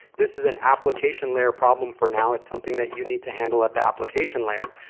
this is an application layer problem for now. it's something that you need to handle at the application layer.